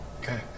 Okay